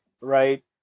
Right